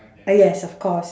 uh yes of course